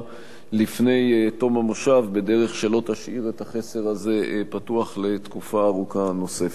לפני תום המושב בדרך שלא תשאיר את החסר הזה פתוח תקופה ארוכה נוספת.